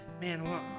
man